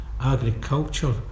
agriculture